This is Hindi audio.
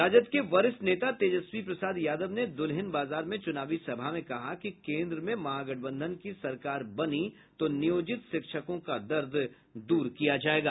राजद के वरिष्ठ नेता तेजस्वी प्रसाद यादव ने दुल्हिनबाजार में चुनावी सभा में कहा कि केन्द्र में महागठबंधन की सरकार बनी तो नियोजित शिक्षकों का दर्द दूर किया जायेगा